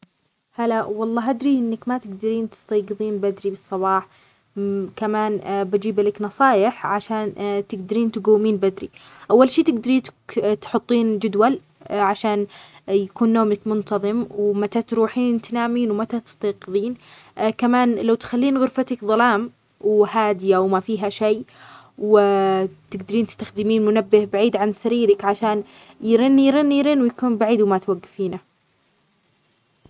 هلا. والله أدري أنك ما تقدرين تستيقظين بدري بالصباح، كمان بجيب لك نصائح عشان تقدرين تجومين بدري. أول شي تقدرين تحطين جدول عشان يكون نومك منتظم ومتى تروحين تنامين؟ ومتى تستيقظين؟ كمان لو تخلين غرفتك ظلام، وهاديا، وما فيها شي، وتقدرين تستخدمين منبه بعيد عن سريرك عشان يرن يرن يرن ويكون بعيد وما توقفينه.